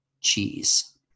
cheese